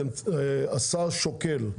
השר שוקל,